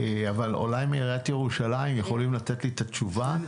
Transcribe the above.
אולי מעיריית ירושלים יכולים לתת לי את התשובה,